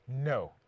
No